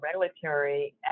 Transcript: regulatory